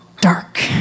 dark